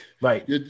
Right